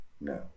no